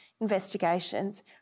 investigations